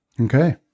Okay